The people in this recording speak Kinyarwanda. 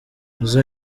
izo